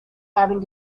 having